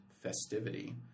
festivity